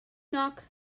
knock